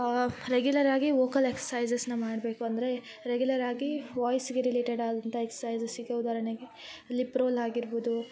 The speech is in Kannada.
ರೆಗ್ಯುಲರ್ ಆಗಿ ವೋಕಲ್ ಎಕ್ಸಸೈಝಸ್ನ ಮಾಡಬೇಕು ಅಂದರೆ ರೆಗ್ಯುಲರ್ ಆಗಿ ವಾಯ್ಸ್ಗೆ ರಿಲೇಟೆಡ್ ಆದಂಥ ಎಕ್ಸಸೈಝಸ್ ಈಗ ಉದಾಹರಣೆಗೆ ಲಿಪ್ರೋಲ್ ಆಗಿರ್ಬೋದು